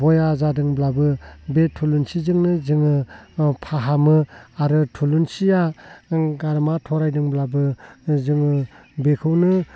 बया जादोंब्लाबो बे थुलुंसिजोंनो जोङो फाहामो आरो थुलुंसिया गारामा थरायदोंब्लाबो जोङो बेखौनो